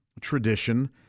tradition